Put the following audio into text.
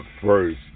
first